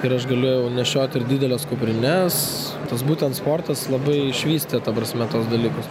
ir aš galėjau nešiot ir dideles kuprines tas būtent sportas labai išvystė ta prasme tuos dalykus